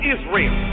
Israel